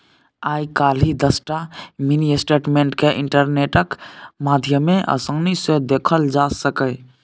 आइ काल्हि दसटा mini statement केँ इंटरनेटक माध्यमे आसानी सँ देखल जा सकैए